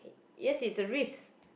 yes it's a risk